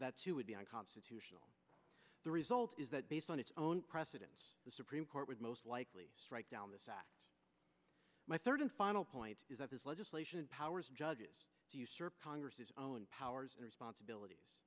that's who would be unconstitutional the result is that based on its own precedents the supreme court would most likely strike down the my third and final point is that this legislation powers judges do use or progress his own powers and responsibilities